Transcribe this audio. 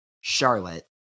Charlotte